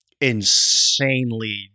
insanely